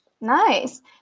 Nice